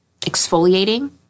exfoliating